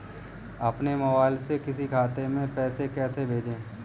अपने मोबाइल से किसी के खाते में पैसे कैसे भेजें?